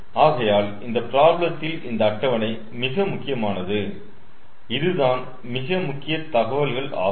ஆகையால் இந்த ப்ராப்ளத்தில் இந்த அட்டவணை மிக முக்கியமானது இதுதான் மிக முக்கிய தகவல்கள் ஆகும்